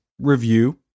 review